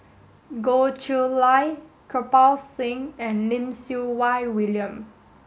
Goh Chiew Lye Kirpal Singh and Lim Siew Wai William